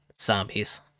zombies